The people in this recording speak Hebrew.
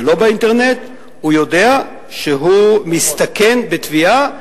שלא באינטרנט, הוא יודע שהוא מסתכן בתביעה.